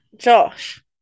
Josh